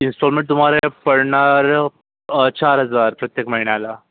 instalment तुम्हाला पडणार चार हजार प्रत्येक महिन्याला